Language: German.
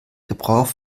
gebrauch